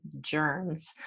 germs